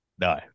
No